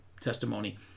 testimony